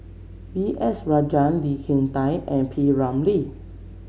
B S Rajhans Lee Kin Tat and P Ramlee